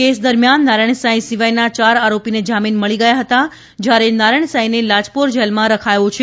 case દરમિયાન નારાયણ સાંઈ સિવાયના યાર આરોપીને જામીન મળી ગયા હતા જ્યારે નારાયણ સાંઈને લાજપીર જેલમાં રખાયો છે